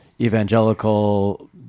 evangelical